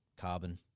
carbon